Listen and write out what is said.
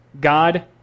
God